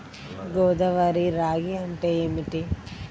గోదావరి రాగి అంటే ఏమిటి?